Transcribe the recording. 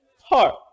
heart